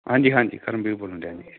ਹਾਂਜੀ ਹਾਂਜੀ ਕਰਮਵੀਰ ਬੋਲਨ ਡਿਆ ਜੀ